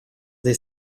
des